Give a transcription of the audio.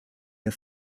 der